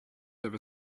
over